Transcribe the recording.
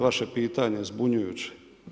Vaše pitanje je zbunjujuće.